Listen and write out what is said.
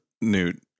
newt